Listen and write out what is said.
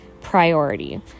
priority